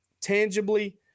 tangibly –